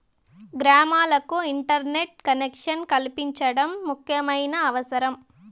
గ్రామాలకు internet collection కల్పించడం ముఖ్యమైన అవసరం